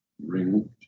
Ring